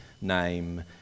name